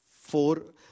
four